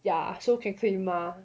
ya so can claim mah